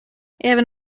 även